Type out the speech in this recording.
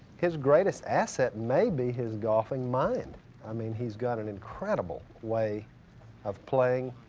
his greatest asset may be his golfing mind i mean he's got an incredible way of playing